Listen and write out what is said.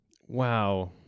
Wow